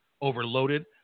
overloaded